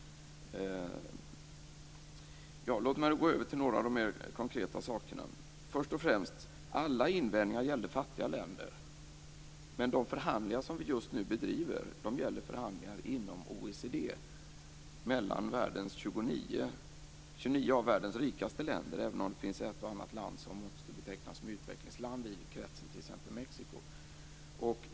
Låt mig gå över till några av de mer konkreta sakerna. Först och främst gällde alla invändningar fattiga länder, men de förhandlingar som vi just nu bedriver sker inom OECD mellan 29 av världens rikaste länder. Det finns i och för sig ett och annat land i kretsen som måste betecknas som utvecklingsland, t.ex. Mexiko.